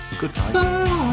goodbye